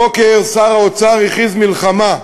הבוקר שר האוצר הכריז מלחמה,